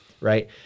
right